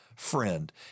friend